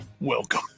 welcome